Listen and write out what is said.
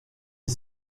est